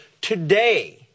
today